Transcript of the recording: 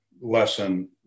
lesson